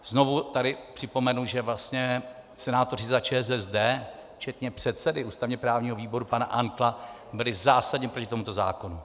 Znovu tady připomenu, že vlastně senátoři za ČSSD včetně předsedy ústavněprávního výboru pana Antla byli zásadně proti tomuto zákonu.